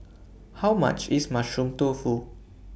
How much IS Mushroom Tofu